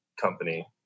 company